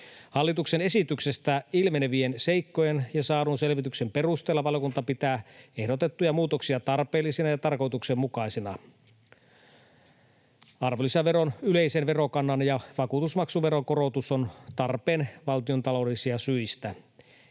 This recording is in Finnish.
Hallituksen esityksestä ilmenevien seikkojen ja saadun selvityksen perusteella valiokunta pitää ehdotettuja muutoksia tarpeellisina ja tarkoituksenmukaisina. Arvonlisäveron yleisen verokannan ja vakuutusmaksuveron korotus on tarpeen valtiontaloudellisista syistä.